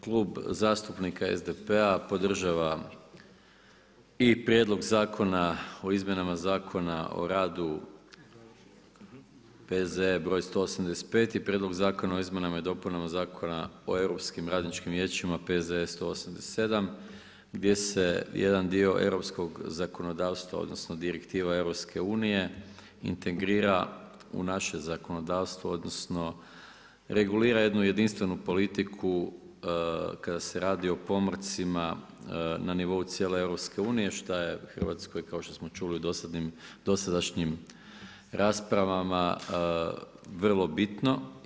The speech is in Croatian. Klub zastupnika SDP-a podržava i Prijedlog zakona o izmjenama Zakona o radu P.Z.E. br. 185. i Prijedlog zakona o izmjenama i dopunama Zakona o europskim radničkim vijećima, P.Z.E. 187. gdje se jedan dio europskog zakonodavstva, odnosno direktiva EU integrira u naše zakonodavstvo, odnosno regulira jednu jedinstvenu politiku kada se radi o pomorcima na nivou cijele EU šta je Hrvatskoj kao što smo čuli u dosadašnjim raspravama vrlo bitno.